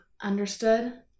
understood